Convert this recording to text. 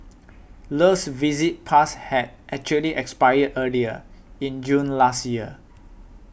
Le's visit pass had actually expired earlier in June last year